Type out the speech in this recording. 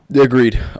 Agreed